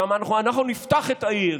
שאמר: אנחנו נפתח את העיר,